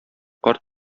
карт